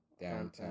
Downtown